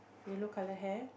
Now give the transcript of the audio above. yellow color hair